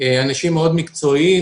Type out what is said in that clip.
אנשים מקצועיים מאוד ומנוסים.